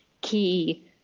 key